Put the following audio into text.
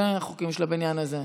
אלה החוקים של הבניין הזה.